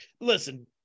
Listen